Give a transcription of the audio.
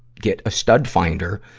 get a stud finder,